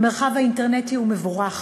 המרחב האינטרנטי הוא מבורך,